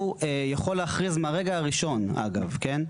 הוא יכול להכריז מהרגע הראשון, אגב, כן?